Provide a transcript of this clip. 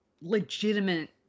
legitimate